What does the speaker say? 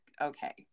okay